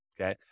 okay